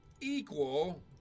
equal